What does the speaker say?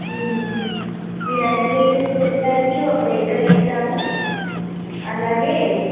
మీరు అన్నీ ప్లేసెస్ తిరగటానికి ఒక వెహికల్ ఇస్తాము అలాగే